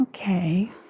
Okay